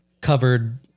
covered